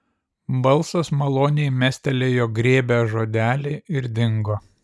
balsas maloniai mestelėjo grėbią žodelį ir dingo